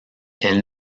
elle